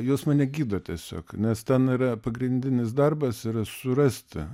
jos mane gydo tiesiog nes ten yra pagrindinis darbas yra surasti